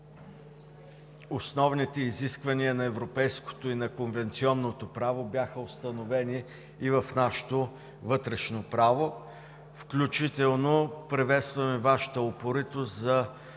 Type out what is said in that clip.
основните изисквания на европейското и на конвенционното право бяха установени и в нашето вътрешно право. Приветстваме Вашата упоритост за